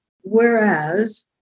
Whereas